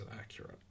accurate